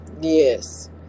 Yes